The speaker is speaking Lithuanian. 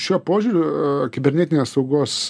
šiuo požiūriu kibernetinės saugos